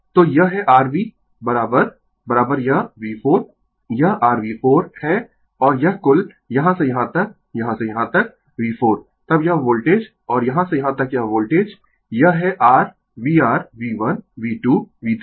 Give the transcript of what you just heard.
Refer Slide Time 1437 तो यह है r V यह V4 यह rV4 है और यह कुल यहाँ से यहाँ तक यहाँ से यहाँ तक V4 तब यह वोल्टेज और यहाँ से यहाँ तक यह वोल्टेज यह है r VrV1V2V3